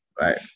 Right